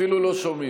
אפילו לא שומעים.